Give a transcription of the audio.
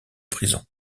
prison